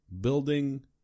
building